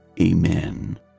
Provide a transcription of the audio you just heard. Amen